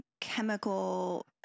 chemical